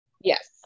Yes